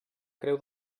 creu